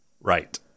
right